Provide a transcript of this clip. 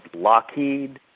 lockheed,